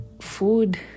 food